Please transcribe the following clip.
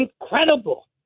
Incredible